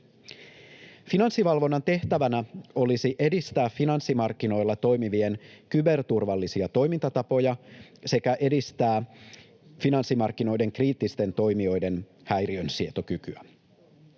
Finanssivalvonnan tehtävänä olisi edistää finanssimarkkinoilla toimivien kyberturvallisia toimintatapoja sekä edistää finanssimarkkinoiden kriittisten toimijoiden häiriönsietokykyä.